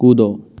कूदो